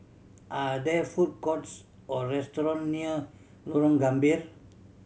are there food courts or restaurant near Lorong Gambir